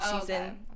Season